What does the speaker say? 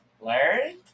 Larry